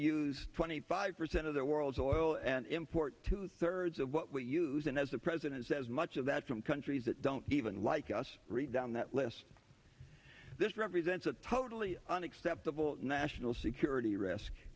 use twenty five percent of the world's oil and import two thirds of what we use and as the president says much of that from countries that don't even like us read down that list this represents a totally unacceptable national security risk